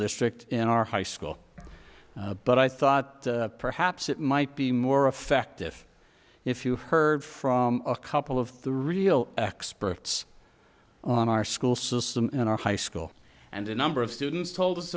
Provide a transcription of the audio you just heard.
district in our high school but i thought perhaps it might be more effective if you heard from a couple of the real experts on our school system and our high school and a number of students told us